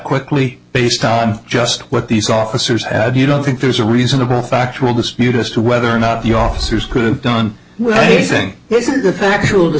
quickly based on just what these officers had you don't think there's a reasonable factual dispute as to whether or not the officers could have done anything